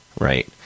right